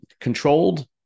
controlled